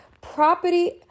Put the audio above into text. property